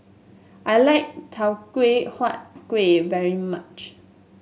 I like Teochew Huat Kueh very much